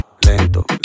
lento